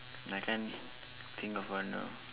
I can't think of one now